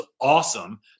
awesome